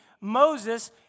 Moses